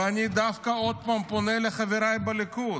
ואני דווקא עוד פעם פונה לחבריי בליכוד,